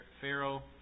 Pharaoh